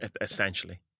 essentially